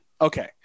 Okay